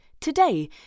today